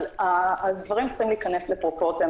אבל הדברים צריכים להיכנס לפרופורציה.